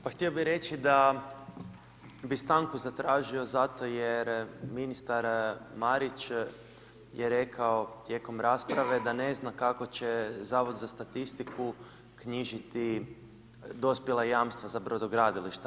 Pa htio bih reći da bih stanku zatražio zato jer ministar Marić je rekao tijekom rasprave da ne zna kako će Zavod za statistiku knjižiti dospjela jamstva za brodogradilišta.